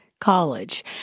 college